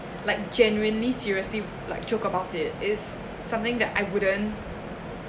like genuinely seriously like joke about it is something that I wouldn't